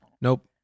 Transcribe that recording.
Nope